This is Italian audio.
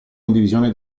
condivisione